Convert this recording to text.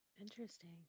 Interesting